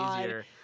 easier